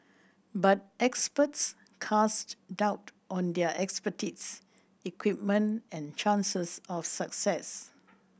but experts cast doubt on their expertise equipment and chances of success